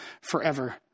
forever